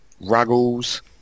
Ruggles